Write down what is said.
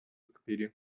wikipedia